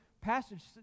passage